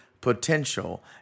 potential